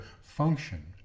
function